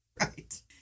right